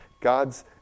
God's